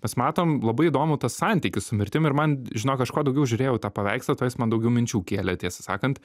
mes matom labai įdomų tą santykį su mirtim ir man žinok aš kuo daugiau žiūrėjau į tą paveikslą tuo jis man daugiau minčių kėlė tiesą sakant